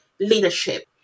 leadership